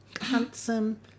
handsome